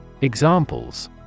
Examples